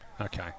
Okay